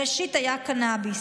בראשית היה קנביס,